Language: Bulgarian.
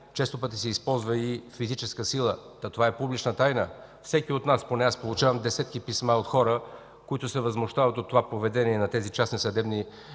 Често пъти се използва и физическа сила. Това е публична тайна. Всеки от нас – поне аз получавам десетки писма от хора, които се възмущават от това поведение на тези частни съдебни